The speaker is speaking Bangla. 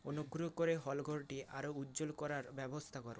অনুগ্রহ করে হলঘরটি আরও উজ্জ্বল করার ব্যবস্থা করো